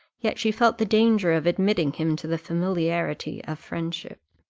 yet she felt the danger of admitting him to the familiarity of friendship.